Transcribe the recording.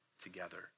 together